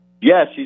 Yes